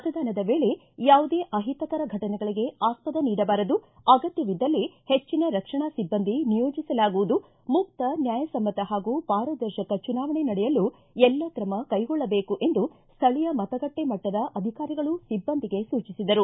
ಮತದಾನದ ವೇಳೆ ಯಾವುದೇ ಅಹಿತಕರ ಫಟನೆಗಳಿಗೆ ಆಸ್ವದ ನೀಡಬಾರದು ಅಗತ್ತವಿದ್ದಲ್ಲಿ ಹೆಚ್ಚನ ರಕ್ಷಣಾ ಸಿಬ್ಬಂದಿ ನಿಯೋಜಿಸಲಾಗುವುದು ಮುಕ್ತ ನ್ಯಾಯಸಮ್ಮತ ಹಾಗೂ ಪಾರದರ್ಶಕ ಚುನಾವಣೆ ನಡೆಯಲು ಎಲ್ಲಾ ತ್ರಮ ಕೈಗೊಳ್ಳಬೇಕು ಎಂದು ಸ್ಥಳೀಯ ಮತಗಟ್ಟೆ ಮಟ್ಟದ ಅಧಿಕಾರಿಗಳು ಸಿಬ್ಬಂದಿಗೆ ಸೂಚಿಸಿದರು